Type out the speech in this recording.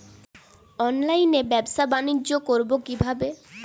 অনলাইনে ব্যবসা বানিজ্য করব কিভাবে?